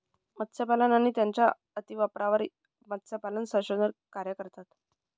मत्स्यपालन आणि त्यांचा अतिवापर यावर मत्स्यपालन संशोधन कार्य करते